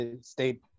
state